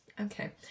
okay